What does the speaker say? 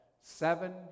seven